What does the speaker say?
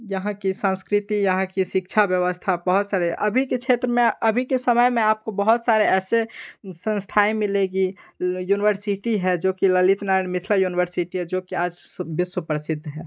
यहाँ की संस्कृति यहाँ की शिक्षा व्यवस्था बहुत सारे अभी के क्षेत्र में अभी के समय में आपको बहुत सारे ऐसे संस्थाएँ मिलेंगी ल युनिवर्सीटी है जो कि ललित नारायण मिथिला युनिवर्सिटी है जो कि आज विश्व प्रसिद्ध है